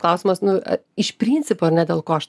klausimas nu iš principo ar ne dėl ko aš